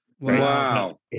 Wow